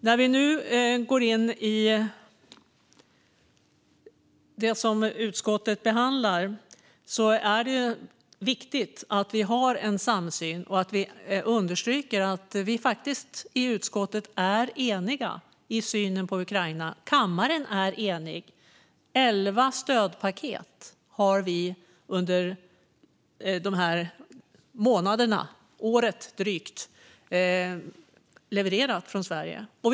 När vi nu går in på det utskottet behandlar är det viktigt att vi har en samsyn och att vi understryker att vi i utskottet är eniga i synen på Ukraina. Kammaren är enig. Vi har under de här månaderna, drygt ett år, levererat elva stödpaket från Sverige.